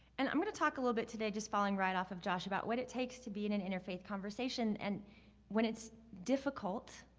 and i'm gonna talk a little bit today just following right off of josh about what it takes to be in an interfaith conversation, and when it's difficult,